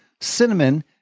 cinnamon